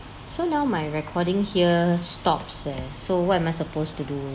so now my recording here stop uh so what am I supposed to do